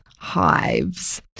Hives